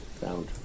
found